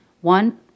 one